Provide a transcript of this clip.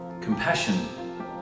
compassion